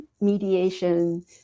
mediation